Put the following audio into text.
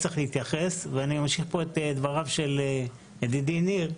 אני ממשיך את דבריו של ידידי, ניר,